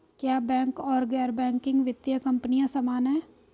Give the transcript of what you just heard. क्या बैंक और गैर बैंकिंग वित्तीय कंपनियां समान हैं?